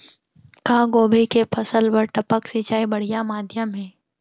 का गोभी के फसल बर टपक सिंचाई बढ़िया माधयम हे?